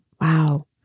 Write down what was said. Wow